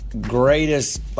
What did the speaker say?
greatest